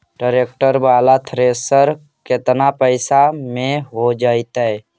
Tractor बाला thresher केतना पैसा में हो जैतै?